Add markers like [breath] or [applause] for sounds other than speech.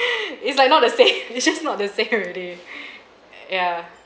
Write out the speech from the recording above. [breath] it's like not the [laughs] same it's just not the same already [breath] uh yeah